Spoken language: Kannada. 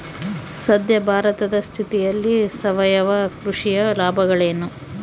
ಸದ್ಯ ಭಾರತದ ಸ್ಥಿತಿಯಲ್ಲಿ ಸಾವಯವ ಕೃಷಿಯ ಲಾಭಗಳೇನು?